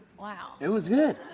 wow. it was good.